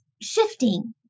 shifting